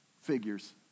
Figures